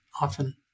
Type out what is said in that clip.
often